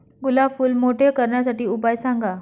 गुलाब फूल मोठे करण्यासाठी उपाय सांगा?